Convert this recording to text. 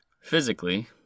physically